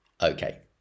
Okay